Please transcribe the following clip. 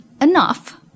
enough